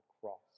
cross